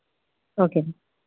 okay